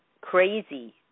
crazy